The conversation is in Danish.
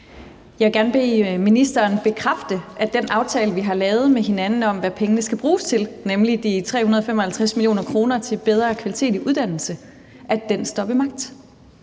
Jeg vil gerne bede ministeren bekræfte, at den aftale, vi har lavet med hinanden, om, hvad pengene – nemlig de 355 mio. kr. – skal bruges til, er bedre kvalitet i uddannelse, og at den står ved magt.